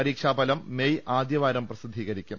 പരീക്ഷാഫലം മെയ് ആദ്യവാരം പ്രസിദ്ധീകരിക്കും